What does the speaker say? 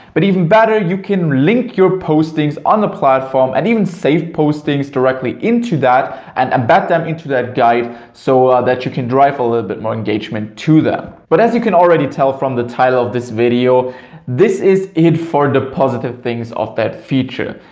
but even better you can link your postings on the platform and even saved postings directly into that and embed them into that guide so that you can drive a little bit more engagement to them. but as you can already tell from the title of this video this is it for the positive things of that feature.